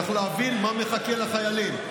צריך להבין מה מחכה לחיילים.